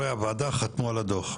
הוועדה הזאת לא מתה,